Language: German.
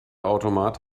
automat